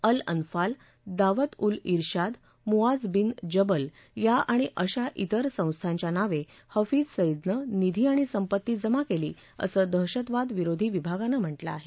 अल अनफाल दावत उल िंग ांद मुआझ बिन जबल या आणि अशा त्रिर संस्थांच्या नावे हफीझ सईदनं निधी आणि संपत्ती जमा केली असं दहशतवादविरोधी विभागानं म्हटलं आहे